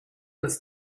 was